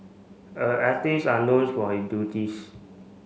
a artist are known for his